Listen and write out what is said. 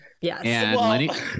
Yes